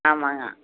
ஆமாங்க